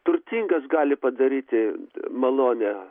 turtingas gali padaryti malonę